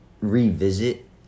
revisit